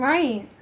Right